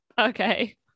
Okay